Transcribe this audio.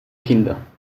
kinder